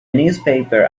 newspaper